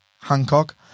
Hancock